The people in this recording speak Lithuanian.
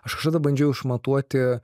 aš kažkada bandžiau išmatuoti